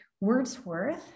Wordsworth